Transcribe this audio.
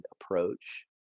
approach